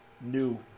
new